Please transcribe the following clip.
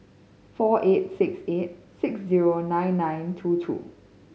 four eight six eight six zero nine nine two two